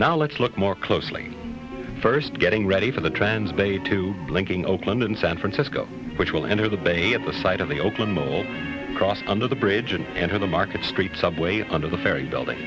now let's look more closely first getting ready for the transbay to linking oakland and san francisco which will enter the bay at the site of the oakland gold cross under the bridge and enter the market street subway under the ferry building